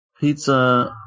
pizza